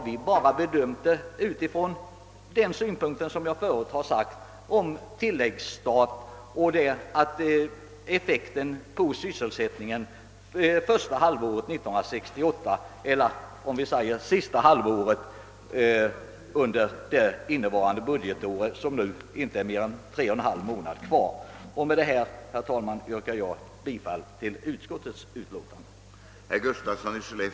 Vi har endast bedömt frågan om vilken effekt en sådan här åtgärd skulle kunna få under de drygt tre månader som återstår av innevarande budgetår. Med dessa ord, herr talman, ber jag att få yrka bifall till utskottets hemställan.